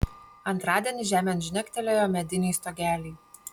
antradienį žemėn žnektelėjo mediniai stogeliai